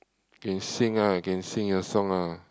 can sing ah can sing a song ah